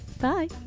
bye